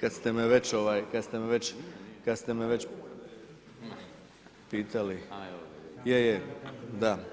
kad ste me već, ovaj, kad ste me već pitali, je, je, da.